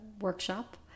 workshop